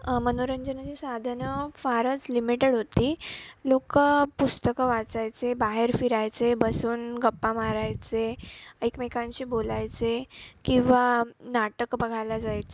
मनोरंजनाची साधनं फारच लिमिटेड होती लोकं पुस्तकं वाचायचे बाहेर फिरायचे बसून गप्पा मारायचे एकमेकांशी बोलायचे किंवा नाटक बघायला जायचे